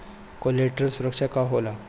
Collateral सुरक्षा का होला?